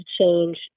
change